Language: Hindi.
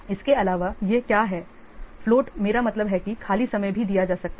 इसके अलावा यह क्या है फ्लोट मेरा मतलब है कि खाली समय भी दिया जा सकता है